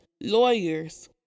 lawyers